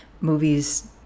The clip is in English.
movies